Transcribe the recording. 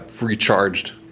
recharged